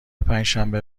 پنجشنبه